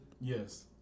Yes